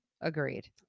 agreed